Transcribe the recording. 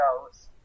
goes